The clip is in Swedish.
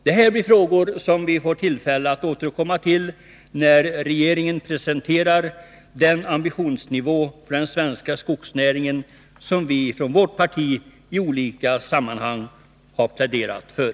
Det blir frågor som vi får tillfälle att återkomma till när regeringen presenterar den ambitionsnivå för den svenska skogsnäringen som vi från vårt parti i olika sammanhang pläderat för.